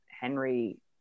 Henry